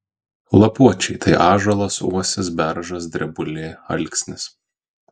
lapuočiai tai ąžuolas uosis beržas drebulė alksnis